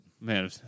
Man